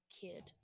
kid